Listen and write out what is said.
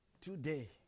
today